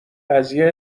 قضیه